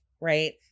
right